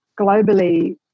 globally